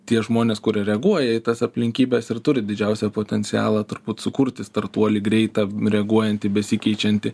tie žmonės kurie reaguoja į tas aplinkybes ir turi didžiausią potencialą turbūt sukurti startuolį greitą reaguojantį besikeičiantį